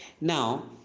Now